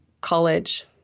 college